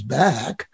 back